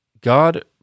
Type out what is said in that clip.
God